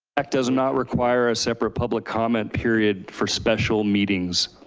act does not require a separate public comment period for special meetings.